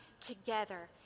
together